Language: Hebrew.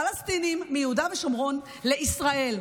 פלסטינים מיהודה ושומרון לישראל.